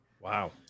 Wow